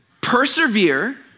persevere